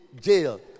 jail